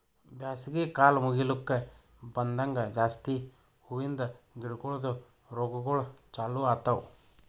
ಬ್ಯಾಸಗಿ ಕಾಲ್ ಮುಗಿಲುಕ್ ಬಂದಂಗ್ ಜಾಸ್ತಿ ಹೂವಿಂದ ಗಿಡಗೊಳ್ದು ರೋಗಗೊಳ್ ಚಾಲೂ ಆತವ್